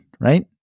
right